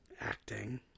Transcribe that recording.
Acting